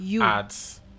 ads